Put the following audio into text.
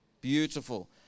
beautiful